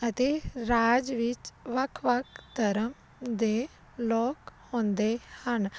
ਅਤੇ ਰਾਜ ਵਿੱਚ ਵੱਖ ਵੱਖ ਧਰਮ ਦੇ ਲੋਕ ਹੁੰਦੇ ਹਨ